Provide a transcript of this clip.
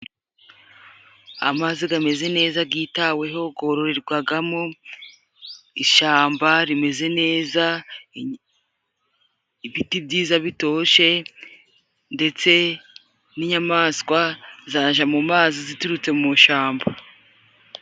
Amazi gameze neza gitaweho gororerwagamo, ishamba rimeze neza, ibiti byiza bitoshe, ndetse n'inyamaswa zaje mu mazi ziturutse mu shyamba.